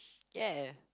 ya